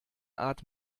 art